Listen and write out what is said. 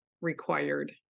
required